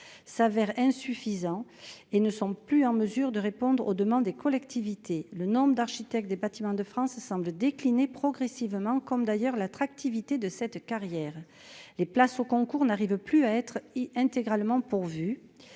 s'avère insuffisant et ne sont plus en mesure de répondre aux demandes des collectivités, le nombre d'architectes des Bâtiments de France semble décliner progressivement, comme d'ailleurs l'attractivité de cette carrière les places au concours n'arrive plus à être il intégralement pourvus,